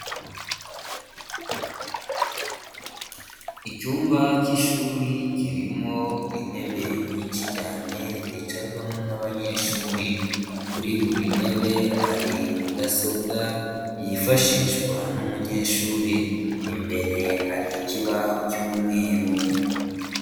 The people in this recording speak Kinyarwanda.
Icyumba cy'ishuri kirimo intebe nyinshi cyane zicarwamo n'abanyeshuri, kuri buri ntebe hari mudasobwa yifashishwa n'umunyeshuri, imbere hari ikibaho cy'umweru.